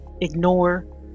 ignore